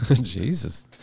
Jesus